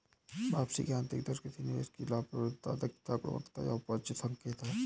वापसी की आंतरिक दर किसी निवेश की लाभप्रदता, दक्षता, गुणवत्ता या उपज का संकेत है